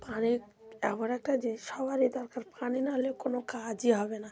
পানি এমন একটা জিনিস সবারই দরকার পানি না হলে কোনো কাজই হবে না